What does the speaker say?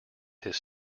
his